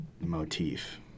motif